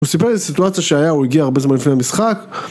הוא סיפר לי איזו סיטואציה שהיה, הוא הגיע הרבה זמן לפני המשחק